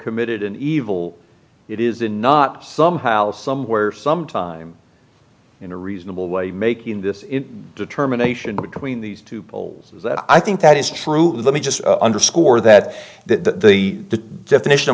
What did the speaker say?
committed an evil it is in not somehow somewhere sometime in a reasonable way making this determination between these two poles i think that is true let me just underscore that the definition of